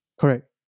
Correct